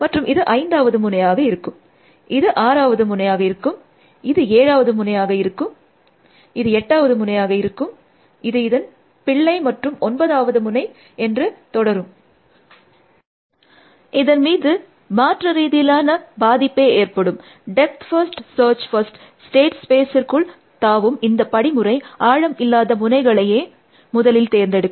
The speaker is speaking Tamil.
மற்றும் இது ஐந்தாவது முனையாக இருக்கும் இது ஆறாவது முனையாக இருக்கும் இது ஏழாவது முனையாக இருக்கும் இது எட்டாவது முனையாக இருக்கும் இது இதன் பிள்ளை மற்றும் ஒன்பதாவது முனை என்று தொடரும் 3254 இதன் மீது மாற்று ரீதியிலான பாதிப்பே ஏற்படும் டெப்த் ஃபர்ஸ்ட் சர்ச் ஸ்டேட் ஸ்பேஸிற்குள் தாவும் இந்த படிமுறை ஆழம் இல்லாத முனைகளையே முதலில் தேர்ந்தெடுக்கும்